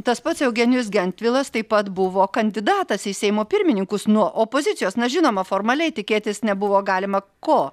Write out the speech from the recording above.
tas pats eugenijus gentvilas taip pat buvo kandidatas į seimo pirmininkus nuo opozicijos na žinoma formaliai tikėtis nebuvo galima ko